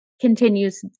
continues